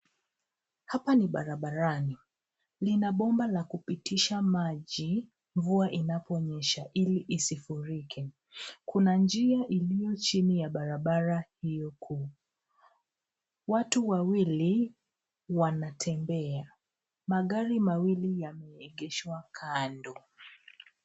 Hapa ni barabarani, lina bomba la kupitisha maji, mvua inaponyesha, ili isifurike. Kuna njia ilio chini ya barabara hiyo kuu. Watu wawili, wanatembea, magari mawili yameegeshwa kando.